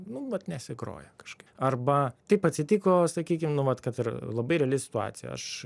nu vat nesigroja kažkaip arba taip atsitiko sakykim nu vat kad ir labai reali situacija aš